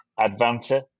Advanta